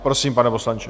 Prosím, pane poslanče.